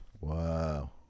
Wow